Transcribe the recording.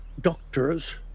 doctors